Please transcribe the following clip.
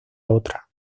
otra